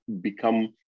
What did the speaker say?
become